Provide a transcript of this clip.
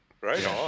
Right